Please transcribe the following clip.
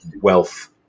wealth